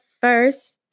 first